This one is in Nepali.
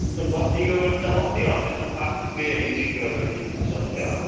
अन्त बत्तीको पनि त कम्ती आउँदैन पाँच रुप्पे युनिट गरेर लिनु हुन्छ तपाईँले हो